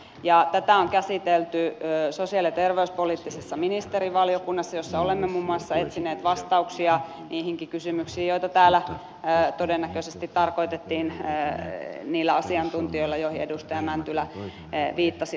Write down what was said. ja tätä on käsitelty sosiaali ja terveyspoliittisessa ministerivaliokunnassa jossa olemme muun muassa etsineet vastauksia niihinkin kysymyksiin joita täällä todennäköisesti tarkoitettiin edustaja mäntylä viittasi niihin asiantuntijoihin